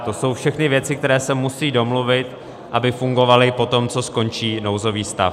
To jsou všechny věci, které se musí domluvit, aby fungovaly potom, co skončí nouzový stav.